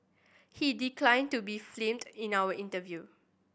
he declined to be filmed in our interview